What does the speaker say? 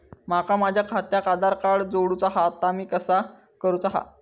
माका माझा खात्याक आधार कार्ड जोडूचा हा ता कसा करुचा हा?